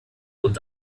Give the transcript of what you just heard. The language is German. und